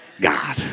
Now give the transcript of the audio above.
God